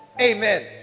Amen